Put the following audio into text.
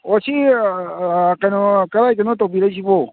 ꯑꯣ ꯁꯤ ꯀꯩꯅꯣ ꯀꯔꯥꯏꯗꯅꯣ ꯇꯧꯕꯤꯔꯛꯏꯁꯤꯕꯣ